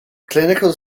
clinical